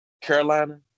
Carolina